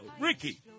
Ricky